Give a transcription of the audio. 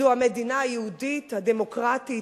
זו המדינה היהודית הדמוקרטית,